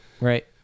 right